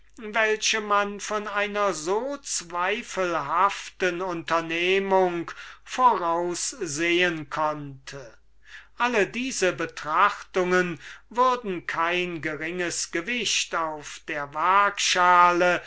welche man von einer so zweifelhaften unternehmung voraussehen konnte alle diese betrachtungen würden kein geringes gewicht auf der